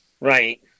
right